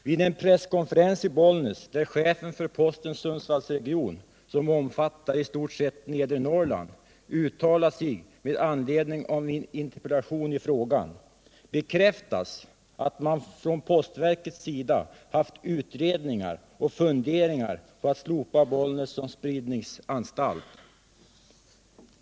Vid en presskonferens i Bollnäs, där chefen för postens Sundsvallsregion, som omfattar i stort sett nedre Norrland, uttalat sig med anledning av min interpellation i frågan, bekräftas att man från postverkets sida haft utredningar om och funderingar på att slopa Bollnäs funktion som spridningspostanstalt.